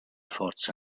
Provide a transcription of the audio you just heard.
forza